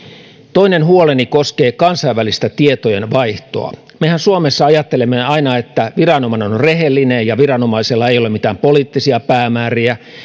toinen huoleni koskee kansainvälistä tietojenvaihtoa mehän suomessa ajattelemme aina että viranomainen on on rehellinen ja viranomaisella ei ole mitään poliittisia päämääriä